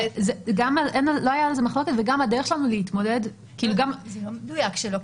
שגם לא היתה על זה מחלוקת וגם הדרך שלנו להתמודד --- זה לא מדויק שלא,